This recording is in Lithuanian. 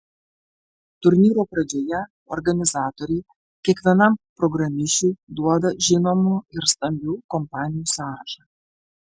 turnyro pradžioje organizatoriai kiekvienam programišiui duoda žinomų ir stambių kompanijų sąrašą